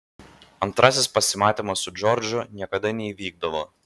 antrasis pasimatymas su džordžu niekada neįvykdavo